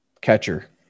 Catcher